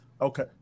okay